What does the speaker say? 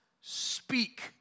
speak